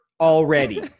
already